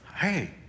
Hey